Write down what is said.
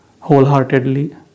wholeheartedly